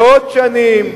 מאות שנים.